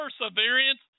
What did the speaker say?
perseverance